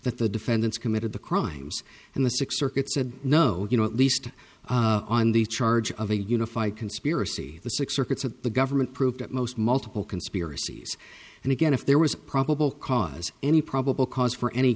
that the defendants committed the crimes and the sixth circuit said no you know at least on the charge of a unified conspiracy the six circuits of the government proved at most multiple conspiracies and again if there was probable cause any probable cause for any